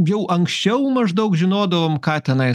jau anksčiau maždaug žinodavom ką tenais